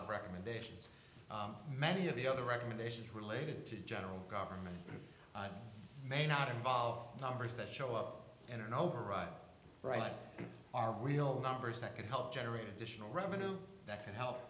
of recommendations many of the other recommendations related to general government may not involve numbers that show up in an override right are real numbers that could help generate additional revenue that could help